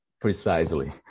precisely